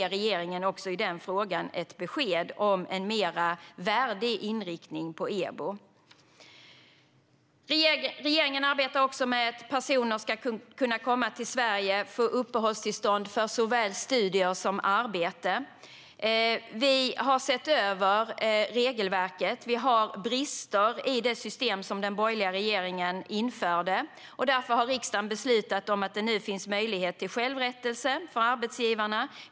Regeringen ger i den frågan ett besked om en mer värdig inriktning på EBO. Regeringen arbetar också med att personer ska kunna komma till Sverige och få uppehållstillstånd för såväl studier som arbete. Vi har sett över regelverket. Det finns brister i det system som den borgerliga regeringen införde. Därför har riksdagen beslutat att det nu ska finnas möjlighet till självrättelse för arbetsgivarna.